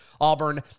Auburn